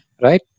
right